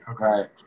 okay